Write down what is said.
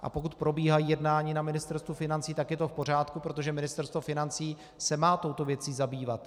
A pokud probíhají jednání na Ministerstvu financí, tak je to v pořádku, protože Ministerstvo financí se má touto věcí zabývat.